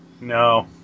No